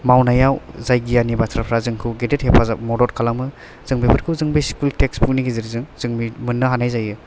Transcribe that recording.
मावनायाव जाय गियाननि बाथ्राफ्रा जोंखौ गेदेद हेफाजाब मदद खालामो जों बैफोरखौ जों बे स्कुल टेक्सटबुक नि गेजेरजों जों मोन्नो हानाय जायो